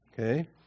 Okay